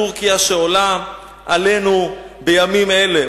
טורקיה שעולה עלינו בימים אלה,